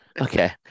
okay